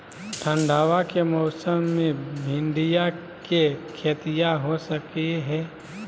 ठंडबा के मौसमा मे भिंडया के खेतीया हो सकये है?